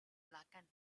blackened